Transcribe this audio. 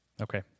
Okay